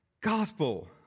gospel